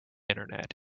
internet